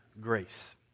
grace